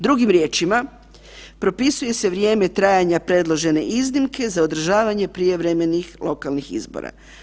Drugim riječima, propisuje se vrijeme trajanja predložene iznimke za održavanje prijevremenih lokalnih izbora.